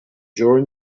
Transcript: during